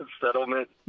Settlement